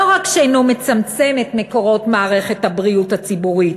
רק שאינו מצמצם את מקורות מערכת הבריאות הציבורית